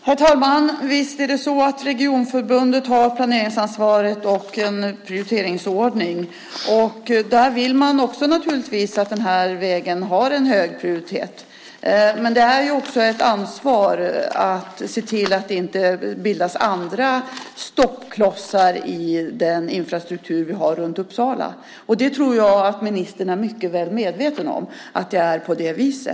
Herr talman! Visst är det så att regionförbundet har planeringsansvaret och en prioriteringsordning. Där vill man naturligtvis att den vägen har hög prioritet. Men det finns också ett ansvar för att se till att det inte bildas andra stoppklossar i den infrastruktur vi har runt Uppsala. Jag tror att ministern är mycket väl medveten om att det är på det viset.